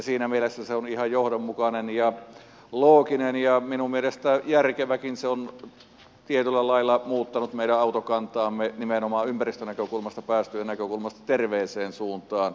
siinä mielessä se on ihan johdonmukainen ja looginen ja minun mielestäni järkeväkin se on tietyllä lailla muuttanut meidän autokantaamme nimenomaan ympäristönäkökulmasta päästöjen näkökulmasta terveeseen suuntaan